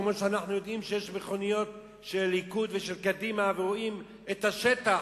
כמו שאנחנו יודעים שיש מכוניות של ליכוד ושל קדימה ורואים את השטח,